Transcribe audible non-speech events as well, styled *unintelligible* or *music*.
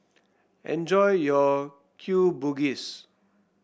enjoy your *unintelligible* Bugis